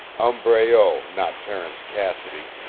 i'm breault not terence cassidy,